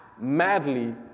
madly